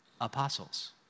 Apostles